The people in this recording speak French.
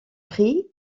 pris